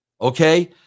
okay